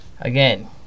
Again